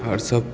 आओर सब